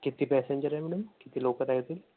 किती पॅसिंजर आहे मॅडम किती लोक राह्यतील